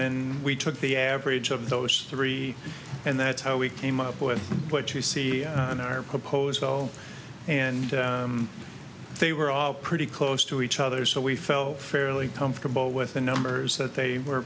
then we took the average of those three and that's how we came up with what you see in our proposal and they were all pretty close to each other so we felt fairly comfortable with the numbers that they were